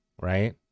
right